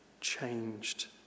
changed